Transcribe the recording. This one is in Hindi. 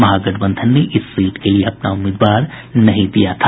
महागठबंधन ने इस सीट के लिये अपना उम्मीदवार नहीं दिया है